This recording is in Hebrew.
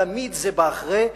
תמיד זה בא אחרי,